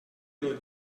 yıl